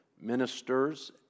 ministers